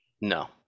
No